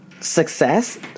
success